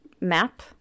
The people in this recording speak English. map